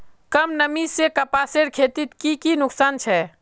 कम नमी से कपासेर खेतीत की की नुकसान छे?